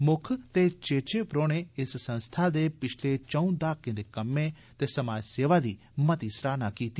मुक्ख ते चेचे परौहने इस संस्था दे पिछले चंऊ दहाकें दे कम्में ते समाज सेवा दी मती सराहना कीती